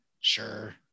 Sure